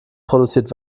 produziert